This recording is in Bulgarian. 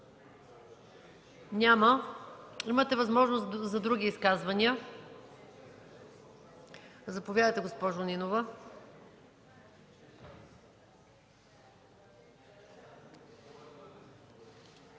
Няма. Имате възможност за други изказвания. Заповядайте, госпожо Нинова.